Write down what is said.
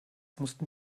mussten